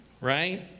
right